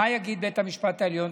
מה יגיד בית המשפט העליון?